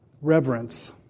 reverence